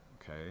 okay